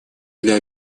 для